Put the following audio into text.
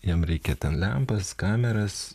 jam reikia ten lempas kameras